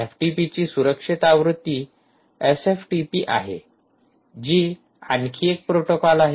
एफटीपीची सुरक्षित आवृत्ती एसएफटीपी आहे जी आणखी एक प्रोटोकॉल आहे